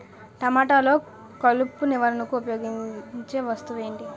టమాటాలో కలుపు నివారణకు ఉపయోగించే వస్తువు ఏంటి?